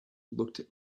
looked